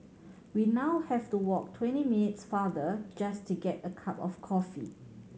we now have to walk twenty minutes farther just to get a cup of coffee